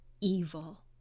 evil